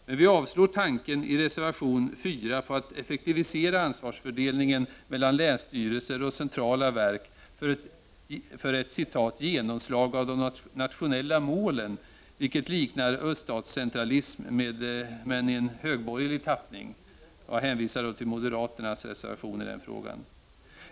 Men vi avstyrker tanken i reservation 4 på att effektivisera ansvarsfördelningen mellan länsstyrelser och centrala verk för ett ”genomslag av de nationella målen”, vilket liknar Öststatscentralism men i en högborgerlig tappning. Jag hänvisar till moderaternas reservation i den frågan.